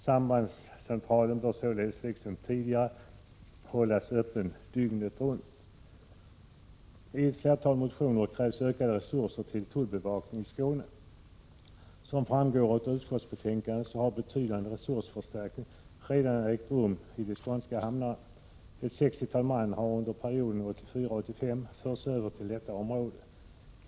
Sambandscentralen bör således, liksom tidigare, hållas öppen dygnet runt. I ett flertal motioner krävs ökade resurser till tullbevakningen i Skåne. Som framgår av utskottsbetänkandet så har betydande resursförstärkning redan ägt rum i de skånska hamnarna. Ett 60-tal man har under perioden 1984-1985 förts över till detta område.